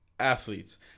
athletes